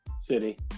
City